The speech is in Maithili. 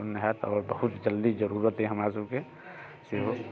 पुण्य हैत आओर बहुत जल्दी जरूरत अइ हमरा सभके सेहो